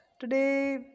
Today